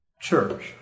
church